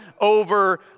over